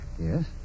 Yes